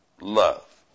love